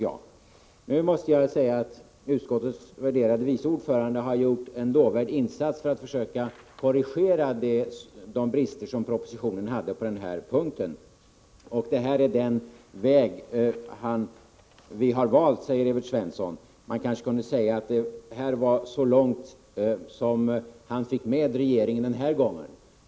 Jag måste säga att utskottets värderade vice ordförande har gjort en lovvärd insats för att försöka korrigera de brister som finns i propositionen på denna punkt. Detta är den väg vi har valt, säger Evert Svensson. Man kanske kunde säga att det var så här långt han fick regeringen med sig denna gång.